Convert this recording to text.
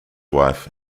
wife